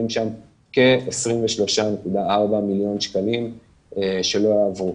שם כ-23.4 מיליון שקלים שלא הועברו.